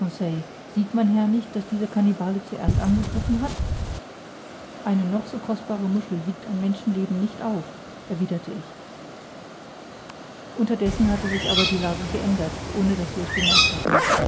sieht mein herr nicht daß dieser kannibale zuerst angegriffen hat eine noch so kostbare muschel wiegt ein menschenleben nicht auf erwiderte ich unterdessen hatte sich aber die lage geändert ohne daß wir es bemerkt hatten